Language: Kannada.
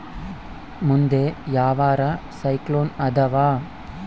ಮುಂದೆ ಯಾವರ ಸೈಕ್ಲೋನ್ ಅದಾವ?